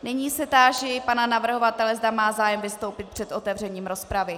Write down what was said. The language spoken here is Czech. Nyní se táži pana navrhovatele, zda má zájem vystoupit před otevřením rozpravy.